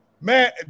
Man